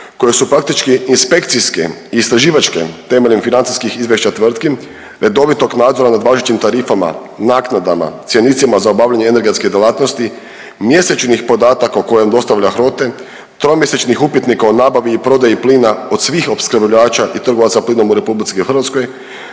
koje su praktički inspekcijske i istraživačke temeljem financijskih izvješća tvrtki redovitog nadzora nad važećim tarifama, naknadama, cjenicima za obavljanje energetske djelatnosti, mjesečnih podataka o kojem dostavlja HROTE, tromjesečnih upitnika o nabavi i prodaji plina od svih opskrbljivača i trgovaca plinom u RH da vi kao